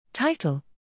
Title